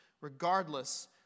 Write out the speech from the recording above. regardless